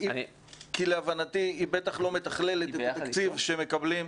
כי להבנתי היא בטח לא מתכללת את התקציב שמקבלים,